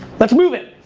let's move it.